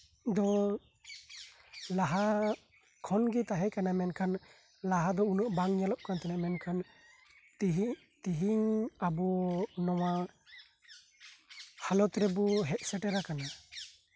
ᱫᱚ ᱞᱟᱦᱟ ᱠᱷᱚᱱ ᱜᱮ ᱛᱟᱦᱮᱸᱠᱟᱱᱟ ᱢᱮᱱᱠᱷᱟᱱ ᱞᱟᱦᱟ ᱫᱚ ᱩᱱᱟᱹᱜ ᱵᱟᱝ ᱧᱮᱞᱚᱜ ᱠᱟᱱ ᱛᱟᱦᱮᱱᱟ ᱢᱮᱱᱠᱷᱟᱱ ᱛᱮᱦᱮᱧ ᱛᱮᱦᱮᱧ ᱟᱦᱚ ᱱᱚᱶᱟ ᱦᱟᱞᱚᱛ ᱨᱮᱵᱚ ᱦᱮᱡ ᱥᱮᱴᱟᱨ ᱟᱠᱟᱱᱟ